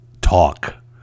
talk